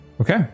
okay